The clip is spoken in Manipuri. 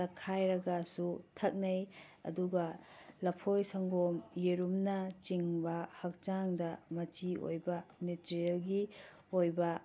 ꯇꯛꯈꯥꯏꯔꯒꯁꯨ ꯊꯛꯅꯩ ꯑꯗꯨꯒ ꯂꯐꯣꯏ ꯁꯪꯒꯣꯝ ꯌꯦꯔꯨꯝꯅꯆꯤꯡꯕ ꯍꯛꯆꯥꯡꯗ ꯃꯆꯤ ꯑꯣꯏꯕ ꯅꯦꯆꯔꯦꯜꯒꯤ ꯑꯣꯏꯕ